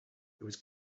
was